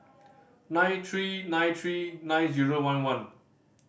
nine three nine three nine zero one one